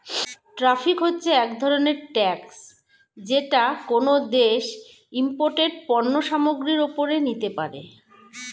tariff হচ্ছে এক ধরনের ট্যাক্স যেটা কোনো দেশ ইমপোর্টেড পণ্য সামগ্রীর ওপরে নিতে পারে